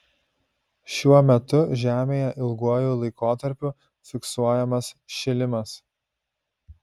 šiuo metu žemėje ilguoju laikotarpiu fiksuojamas šilimas